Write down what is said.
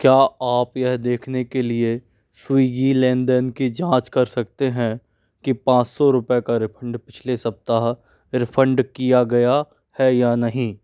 क्या आप यह देखने के लिए स्विग्गी लेन देन की जाँच कर सकते हैं कि पाँच सौ रुपये का रिफंड पिछले सप्ताह रिफंड किया गया है या नहीं